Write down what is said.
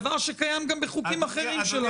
דבר שקיים גם בחוקים אחרים.